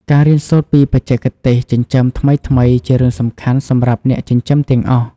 ការរៀនសូត្រពីបច្ចេកទេសចិញ្ចឹមថ្មីៗជារឿងសំខាន់សម្រាប់អ្នកចិញ្ចឹមទាំងអស់។